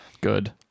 Good